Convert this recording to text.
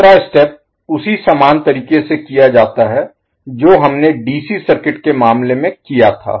दूसरा स्टेप उसी समान तरीके से किया जाता है जो हमने डीसी सर्किट के मामले में किया था